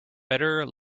better